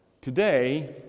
Today